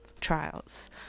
trials